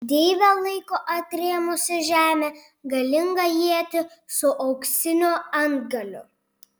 deivė laiko atrėmusi į žemę galingą ietį su auksiniu antgaliu